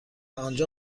آنجا